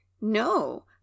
No